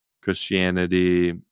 Christianity